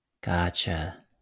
Gotcha